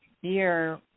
year